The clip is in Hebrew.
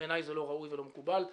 בעיניי זה לא ראוי ולא מקובל.